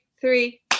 three